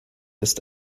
ist